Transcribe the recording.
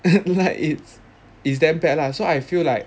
like it's it's damn bad lah so I feel like